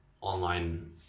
online